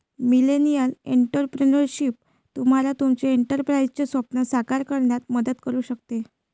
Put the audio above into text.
millennial entrepreneurship तुम्हाला तुमचे एंटरप्राइझचे स्वप्न साकार करण्यात मदत करू शकते